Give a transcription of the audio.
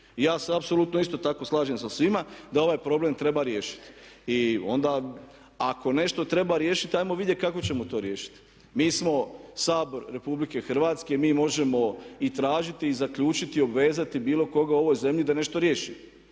ja se apsolutno isto tako slažem sa svima da ovaj problem treba riješiti. I onda ako nešto treba riješiti ajmo vidjeti kako ćemo to riješiti. Mi smo Sabor RH, mi možemo i tražiti i zaključiti i obvezati bilo koga u ovoj zemlji da nešto riješimo.